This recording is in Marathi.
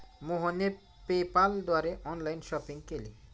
मोहनने पेपाल द्वारे ऑनलाइन शॉपिंग केली